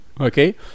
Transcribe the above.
Okay